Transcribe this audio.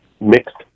mixed